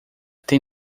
tem